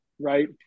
right